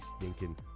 stinking